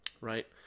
right